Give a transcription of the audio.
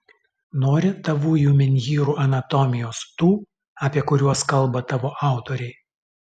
nori tavųjų menhyrų anatomijos tų apie kuriuos kalba tavo autoriai